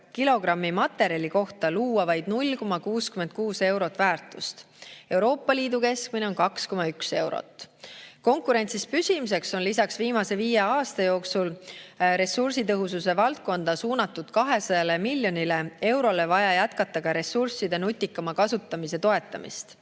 kilogrammi materjali kohta luua vaid 0,66 eurot väärtust. Euroopa Liidu keskmine on 2,1 eurot. Konkurentsis püsimiseks on lisaks viimase viie aasta jooksul ressursitõhususe valdkonda suunatud 200 miljonile eurole vaja jätkata ka ressursside nutikama kasutamise toetamist.